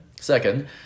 Second